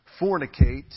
fornicate